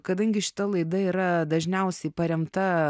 kadangi šita laida yra dažniausiai paremta